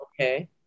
Okay